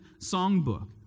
songbook